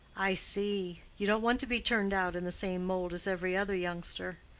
i see you don't want to be turned out in the same mould as every other youngster.